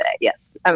yes